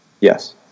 Yes